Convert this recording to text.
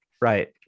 right